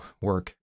work